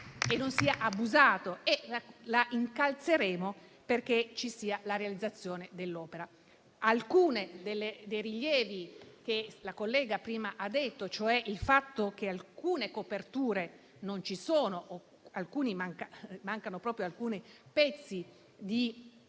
e non sia abusato e la incalzeremo perché ci sia la realizzazione dell'opera. Alcuni dei rilievi che la collega prima ha fatto, cioè che alcune coperture non ci siano e manchino in quest'opera alcuni pezzi di